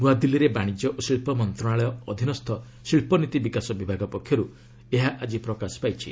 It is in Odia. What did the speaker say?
ନୂଆଦିଲ୍ଲୀରେ ବାଣିଜ୍ୟ ଓ ଶିଳ୍ପ ମନ୍ତ୍ରଣାଳୟ ଅଧୀନସ୍ଥ ଶିଳ୍ପନୀତି ବିକାଶ ବିଭାଗ ପକ୍ଷରୁ ଏହା ଆଜି ପ୍ରକାଶ ପାଇଛି